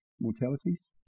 mortalities